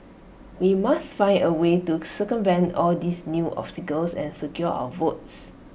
we must find A way to circumvent all these new obstacles and secure our votes